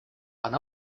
она